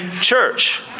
church